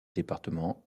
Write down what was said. départements